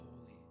holy